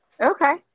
okay